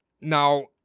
now